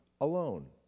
alone